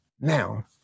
Now